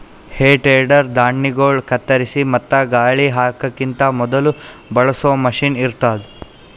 ಹೇ tedder ಧಾಣ್ಣಿಗೊಳ್ ಕತ್ತರಿಸಿ ಮತ್ತ ಗಾಳಿ ಹಾಕಕಿಂತ ಮೊದುಲ ಬಳಸೋ ಮಷೀನ್ ಇರ್ತದ್